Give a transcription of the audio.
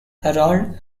harold